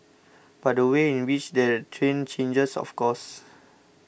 but the way in which they're trained changes of course